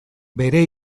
bere